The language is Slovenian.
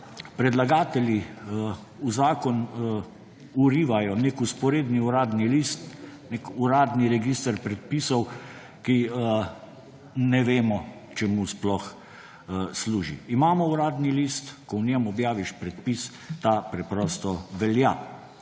predlagatelji v zakon vrivajo nek vzporedni Uradni list, nek uradni register predpisov, ki ne vemo, čemu sploh služi. Imamo Uradni list. Ko v njem objaviš predpis, ta preprosto velja.